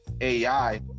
AI